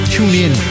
TuneIn